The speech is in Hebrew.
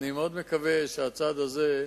אני מאוד מקווה שהצעד הזה,